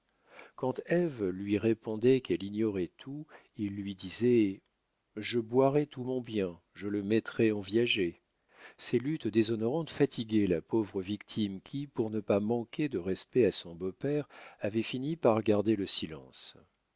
quand ève lui répondait qu'elle ignorait tout il lui disait je boirai tout mon bien je le mettrai en viager ces luttes déshonorantes fatiguaient la pauvre victime qui pour ne pas manquer de respect à son beau-père avait fini par garder le silence